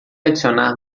adicionar